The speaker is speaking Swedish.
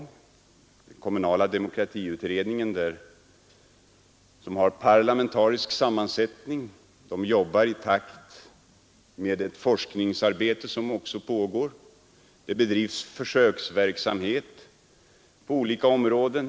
Det är den kommunala demokratiutredningen som har parlamentarisk sammansättning. Den arbetar i takt med det forskningsarbete som också pågår. Det bedrivs försöksverksamhet på olika områden.